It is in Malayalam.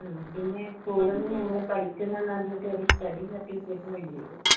ആ പിന്നെ സ്കൂളിൽ ഞങ്ങൾ പഠിക്കുന്നെന്ന് പറഞ്ഞിട്ട് ഒരു സർട്ടിഫിക്കറ്റ് വേണ്ടി വരും